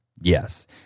Yes